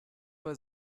bei